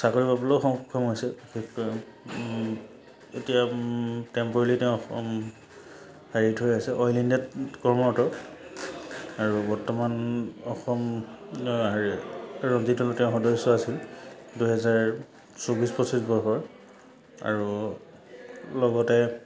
চাকৰি পাবলৈও সক্ষম হৈছে বিশেষকৈ এতিয়া টেম্পৰেলি তেওঁ অসম হেৰি থৈ আছে অইল ইণ্ডিয়াত কৰ্মৰত আৰু বৰ্তমান অসম ৰঞ্জিত দলৰ তেওঁ সদস্য আছিল দুহেজাৰ চৌব্বিছ পঁচিছ বৰ্ষৰ আৰু লগতে